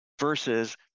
versus